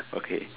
okay